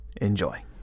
enjoy